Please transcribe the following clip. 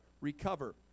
recover